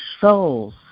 souls